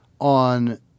on